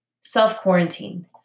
Self-quarantine